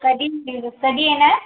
कधी फ्री कधी येणार